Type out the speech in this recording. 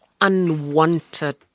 Unwanted